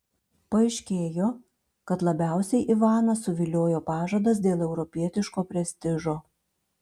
paaiškėjo kad labiausiai ivaną suviliojo pažadas dėl europietiško prestižo